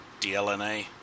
DLNA